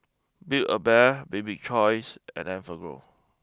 Build A Bear Bibik's choice and Enfagrow